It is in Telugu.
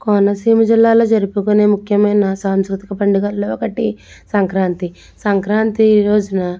కోనసీమజిల్లాలో జరుపుకునే ముఖ్యమైన సాంస్కృతిక పండుగల్లో ఒకటి సంక్రాంతి సంక్రాంతి రోజున